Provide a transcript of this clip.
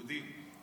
ניגודים.